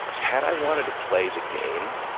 had i wanted to play the game,